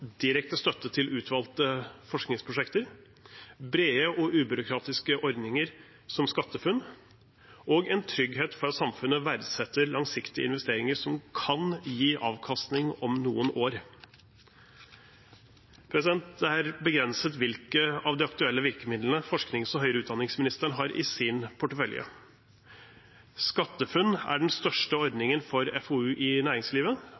direkte støtte til utvalgte forskningsprosjekter, brede og ubyråkratiske ordninger som SkatteFUNN og en trygghet for at samfunnet verdsetter langsiktige investeringer som kan gi avkastning om noen år. Det er begrenset hvilke av de aktuelle virkemidlene forsknings- og høyere utdanningsministeren har i sin portefølje. SkatteFUNN er den største ordningen for FoU i næringslivet